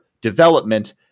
development